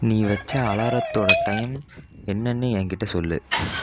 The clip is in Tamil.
நீ வச்ச அலாரத்தோடய டைம் என்னனு என்கிட்ட சொல்லு